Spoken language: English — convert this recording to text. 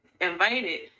invited